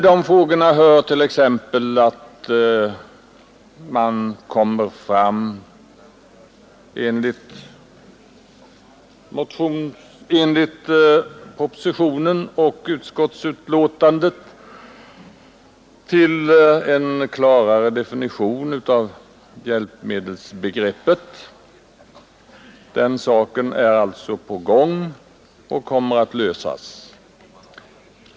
Man har t.ex. i propositionen och i utskottsbetänkandet behandlat frågan rörande en definition av hjälpmedelsbegreppet. Den frågan kommer förhoppningsvis att lösas.